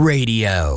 Radio